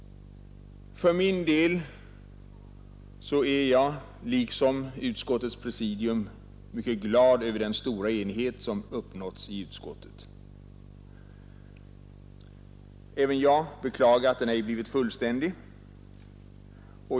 Jag är liksom utskottets presidium mycket glad över den stora enighet som har uppnåtts i utskottet. Även jag beklagar att den ej har blivit fullständig.